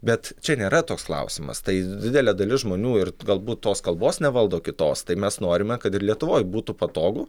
bet čia nėra toks klausimas tai didelė dalis žmonių ir galbūt tos kalbos nevaldo kitos tai mes norime kad ir lietuvoj būtų patogu